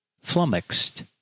flummoxed